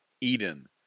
Eden